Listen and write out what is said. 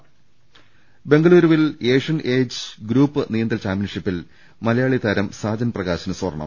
് ബംഗലൂരുവിൽ Asian age group നീന്തൽ ചാമ്പ്യൻഷിപ്പിൽ മലയാളി താരം സാജൻ പ്രകാശിന് സ്വർണം